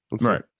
Right